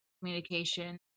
communication